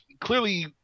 clearly